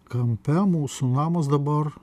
kampe mūsų namas dabar